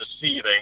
deceiving